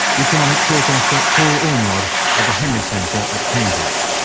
economic forecaster, paul ormerod of the henley centre at cambridge.